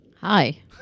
Hi